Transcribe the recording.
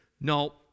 no